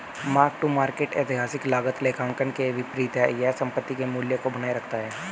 mark to market ऐतिहासिक लागत लेखांकन के विपरीत है यह संपत्ति के मूल्य को बनाए रखता है